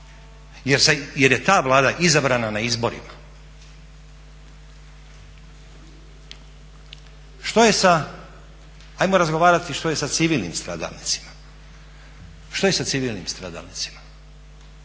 jer je ta Vlada izabrana na izborima. Što je sa hajmo razgovarati što je sa civilnim stradalnicima, netko tko je ostao invalid